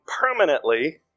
permanently